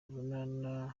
urunana